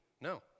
no